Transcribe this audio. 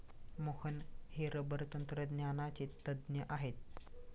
मोहन हे रबर तंत्रज्ञानाचे तज्ज्ञ आहेत